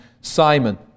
Simon